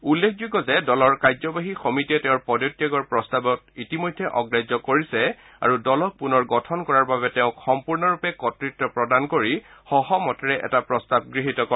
উল্লেখযোগ্য যে দলৰ কাৰ্যবাহী সমিতিয়ে তেওঁৰ পদত্যাগৰ প্ৰস্তাৱক ইতিমধ্যে অগ্ৰাহ্য কৰিছে আৰু দলক পুনৰ গঠন কৰাৰ বাবে তেওঁক সম্পূৰ্ণৰূপে কৰ্তৃত্ব প্ৰদান কৰি সহমতেৰে এটা প্ৰস্তাৱ গৃহীত কৰে